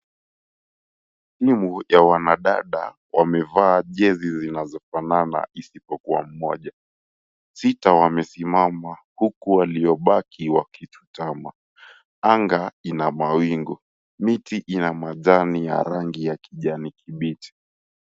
Timu ya wanadada wamevaa jesi zinazofanana isipokuwa mmoja. Sita wamesimama huku waliobaki wakijutama. Anga ina mawingu , miti ina majani ya rangi ya kijani kibichi.